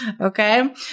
Okay